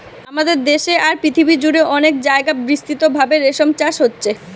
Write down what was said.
আমাদের দেশে আর পৃথিবী জুড়ে অনেক জাগায় বিস্তৃতভাবে রেশম চাষ হচ্ছে